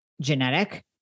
genetic